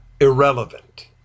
irrelevant